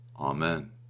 Amen